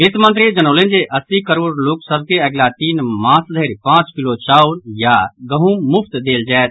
वित्त मंत्री जनौलनि जे अस्सी करोड़ लोक सभ के अगिला तीन मास धरि पांच किलो चाउर या गहूँम मुफ्त देल जायत